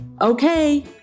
Okay